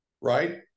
right